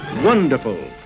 wonderful